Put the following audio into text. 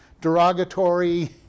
derogatory